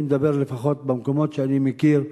אני מדבר לפחות במקומות שאני מכיר.